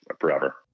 forever